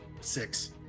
six